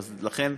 לכן,